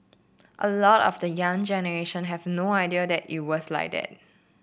a lot of the young generation have no idea that it was like that